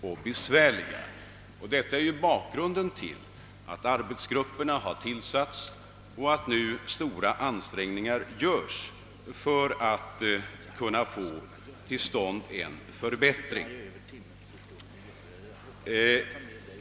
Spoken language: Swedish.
Detta är också bakgrunden till att arbetsgrupperna har tillsatts och att stora ansträngningar göres för att kunna åstadkomma en förbättring.